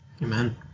Amen